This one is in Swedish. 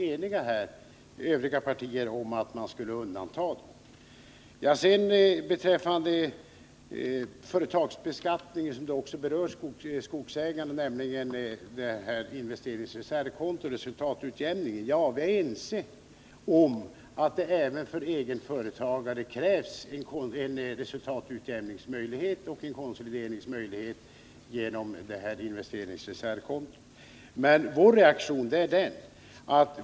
Övriga partier var eniga om att göra ett undantag i detta fall. Beträffande den företagsbeskattning som också berör skogsägarna, dvs. resultatutjämningen, vill jag säga att vi ju är ense om att det även för egenföretagare med hjälp av investeringsreservskontot bör ges en möjlighet till resultatutjämning och konsolidering.